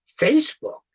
Facebook